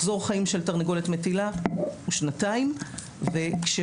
מחזור חיים של תרנגולת מטילה הוא שנתיים וכאשר